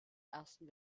ersten